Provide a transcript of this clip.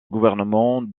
gouvernement